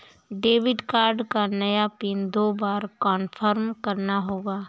debit card का नया pin दो बार कन्फर्म करना होगा